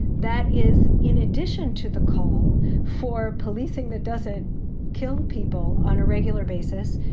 that is in addition to the call for policing that doesn't kill people on a regular basis,